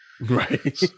right